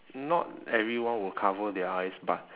not everyone will cover their eyes but